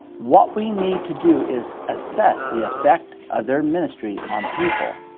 what we need to do is assess the effect of their ministry on people.